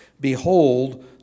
Behold